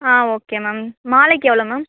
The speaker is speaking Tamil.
ஆ ஓகே மேம் மாலைக்கு எவ்வளோ மேம்